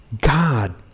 God